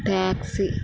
taxi